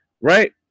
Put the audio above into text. right